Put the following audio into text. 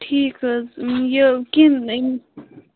ٹھیٖک حظ یہِ